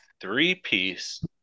three-piece